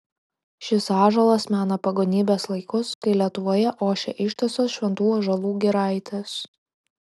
šis ąžuolas mena pagonybės laikus kai lietuvoje ošė ištisos šventų ąžuolų giraitės